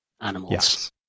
animals